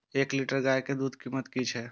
एक लीटर गाय के कीमत कि छै?